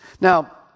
Now